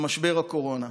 במשבר הקורונה,